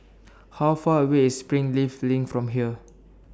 How Far away IS Springleaf LINK from here